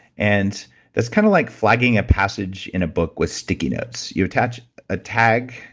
and that's kind of like flagging a passage in a book with sticky notes. you attach a tag,